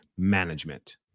Management